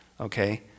okay